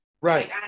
Right